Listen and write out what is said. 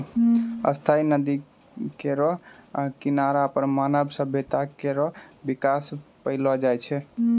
स्थायी नदी केरो किनारा पर मानव सभ्यता केरो बिकास पैलो गेलो छै